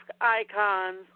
icons